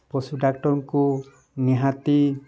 ପଶୁ ଡାକ୍ଟରଙ୍କୁ ନିହାତି